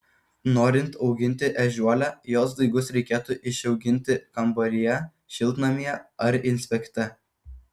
norint auginti ežiuolę jos daigus reiktų išsiauginti kambaryje šiltnamyje ar inspekte